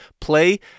Play